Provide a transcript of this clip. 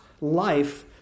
life